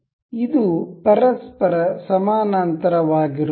ಇದು ಪರಸ್ಪರ ಸಮಾನಾಂತರವಾಗಿರುತ್ತದೆ